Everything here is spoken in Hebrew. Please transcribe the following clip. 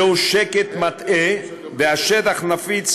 זהו שקט מטעה, והשטח נפיץ